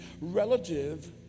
relative